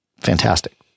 fantastic